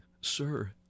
Sir